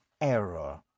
error